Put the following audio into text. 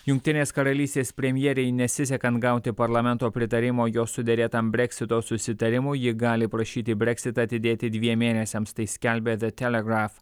jungtinės karalystės premjerei nesisekant gauti parlamento pritarimo jos suderėtam breksito susitarimo ji gali prašyti breksitą atidėti dviem mėnesiams tai skelbia telegraf